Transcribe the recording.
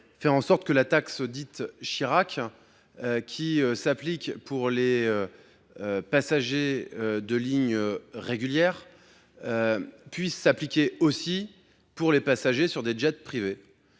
faire en sorte que la taxe dite Chirac, qui s’applique pour les passagers des lignes régulières, puisse s’appliquer aussi pour les passagers voyageant en jet privé.